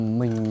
mình